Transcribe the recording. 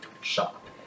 shop